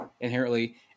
inherently